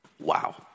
wow